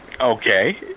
Okay